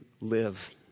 live